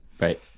Right